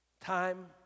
Time